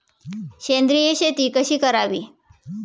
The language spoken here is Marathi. सेंद्रिय शेती कशी करावी?